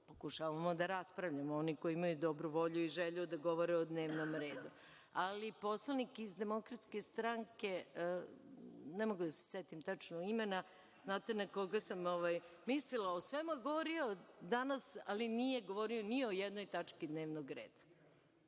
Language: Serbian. pokušavamo da raspravljamo, oni koji imaju dobru volju i želju da govore o dnevnom redu. Ali, poslanik iz DS, ne mogu da se setim tačno imena, znate na koga sam mislila, o svemu je govorio danas, ali nije govorio ni o jednoj tački dnevnog reda. Znači